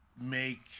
make